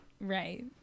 right